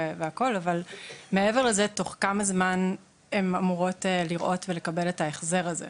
אבל מעבר לזה תוך כמה זמן הן אמורות לראות ולקבל את ההחזר הזה?